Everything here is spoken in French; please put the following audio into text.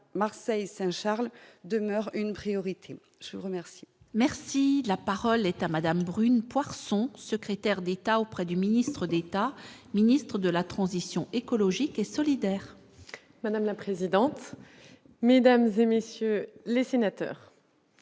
Marseille Saint-Charles demeure une priorité, je vous remercie. Merci de la parole est à madame brune Poirson, secrétaire d'État auprès du ministre des tas, Ministre de la transition écologique et solidaire. Madame la présidente, mesdames et messieurs les sénateurs,